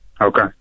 Okay